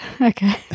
Okay